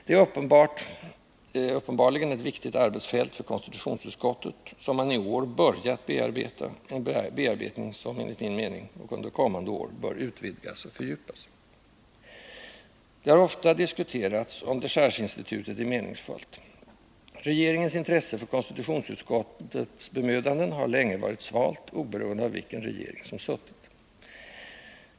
Detta är uppenbarligen ett viktigt arbetsfält för konstitutionsutskottet, som man i år börjat bearbeta, en verksamhet som enligt min mening under kommande år bör utvidgas och fördjupas. Det har ofta diskuterats, om dechargeinstitutet är meningsfullt. Regeringens intresse för konstitutionsutskottets bemödanden har länge varit svalt, oberoende av vilken regering som suttit.